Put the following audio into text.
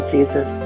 Jesus